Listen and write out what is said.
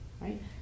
right